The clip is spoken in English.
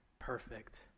perfect